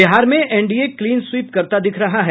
बिहार में NDA clean sweep करता दिख रहा है